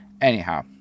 anyhow